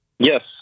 Yes